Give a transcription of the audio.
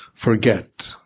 forget